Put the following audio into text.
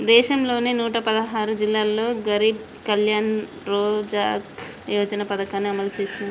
దేశంలోని నూట పదహారు జిల్లాల్లో గరీబ్ కళ్యాణ్ రోజ్గార్ యోజన పథకాన్ని అమలు చేసినారు